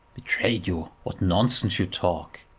betrayed you! what nonsense you talk.